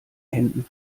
händen